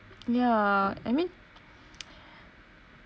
yeah I mean